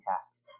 tasks